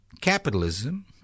Capitalism